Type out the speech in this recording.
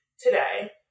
today